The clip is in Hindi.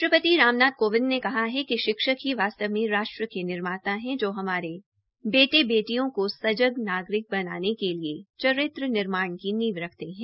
राष्ट्रपति रामनाथ कोविंद ने कहा है कि शिक्षक ही वास्तव में राष्ट्र के निर्माता हैं जो हमारे बेटे बेटियों को सजग नागरिक बनाने के लिए चरित्र निर्माण की नींव रखते हैं